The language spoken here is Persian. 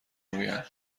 میگویند